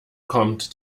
kommt